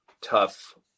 tough